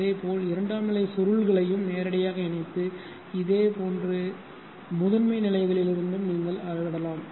அதேபோல் இரண்டாம் நிலை சுருள்களையும் நேரடியாக இணைத்து இதேபோன்று முதன்மை நிலையிலிருந்தும் நீங்கள் அளவிடலாம்